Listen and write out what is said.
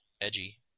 edgy